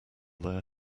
their